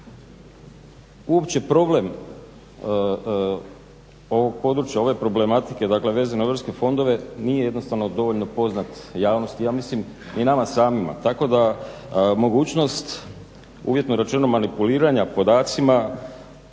uopće problem ovog područja, ove problematike dakle vezano za europske fondove nije jednostavno dovoljno poznat javnosti, ja mislim i nama samima. Tako da mogućnost uvjetno rečeno manipuliranja podacima